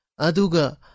aduga